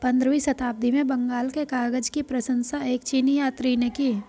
पंद्रहवीं शताब्दी में बंगाल के कागज की प्रशंसा एक चीनी यात्री ने की